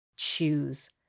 choose